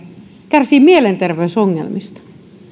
kärsii mielenterveysongelmista